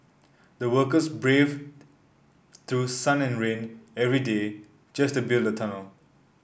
the workers braved through sun and rain every day just to build the tunnel